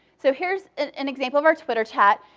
so here's an an example of our twitter chat.